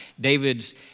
David's